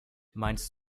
meinst